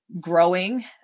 growing